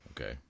Okay